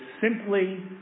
simply